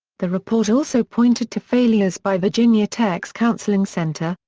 the report also pointed to failures by virginia tech's counseling center,